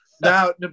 Now